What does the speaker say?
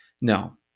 no